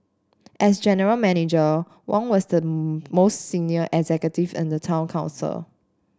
as general Manager Wong was the most senior executive in the town council